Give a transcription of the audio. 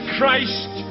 Christ